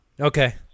Okay